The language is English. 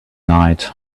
night